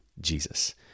Jesus